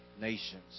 nations